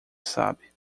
sabe